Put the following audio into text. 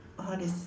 how do you